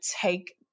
take